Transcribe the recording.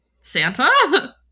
Santa